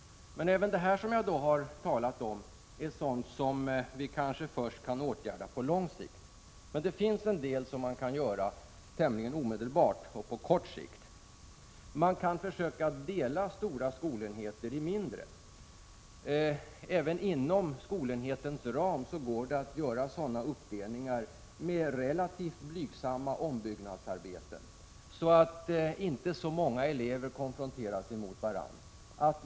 Även detta är sådant som vi kan åtgärda kanske först på lång sikt. Men det finns en del som man kan göra tämligen omedelbart och på kort sikt. Man kan försöka dela stora skolenheter i mindre. Även inom skolenhetens ram går det att göra sådana uppdelningar med relativt blygsamma ombyggnadsarbeten, så att inte alltför många elever konfronteras med varandra.